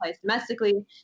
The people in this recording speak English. Domestically